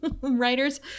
writers